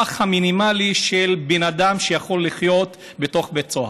המינימלי של בן אדם שיכול לחיות בתוך בית סוהר.